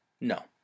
No